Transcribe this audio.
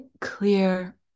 clear